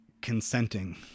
consenting